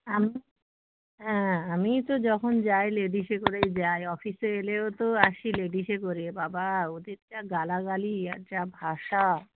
আমি হ্যাঁ আমি তো যখন যাই লেডিজে করেই যাই অফিসে এলেও তো আসি লেডিজে করে বাবা ওদের যা গালাগালি আর যা ভাষা